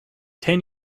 ten